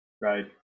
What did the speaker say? right